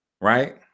Right